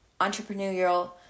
entrepreneurial